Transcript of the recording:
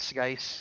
guys